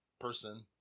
person